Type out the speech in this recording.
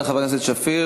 תודה רבה לחברת הכנסת שפיר.